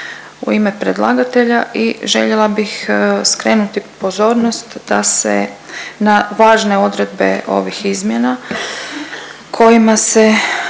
u ime predlagatelja i želja bih skrenuti pozornost da se na važne odredbe ovih izmjena kojima se